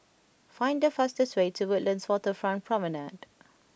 find the fastest way to Woodlands Waterfront Promenade